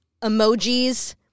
emojis